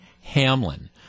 Hamlin